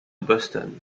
boston